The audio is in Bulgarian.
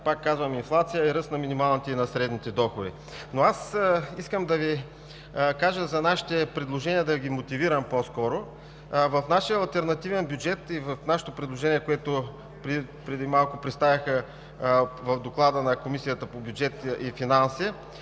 пак казвам: инфлацията и ръста на минималните и на средните доходи. Искам да мотивирам нашите предложения. В нашия алтернативен бюджет и в нашето предложение, което преди малко представиха в Доклада на Комисията по бюджет и финанси,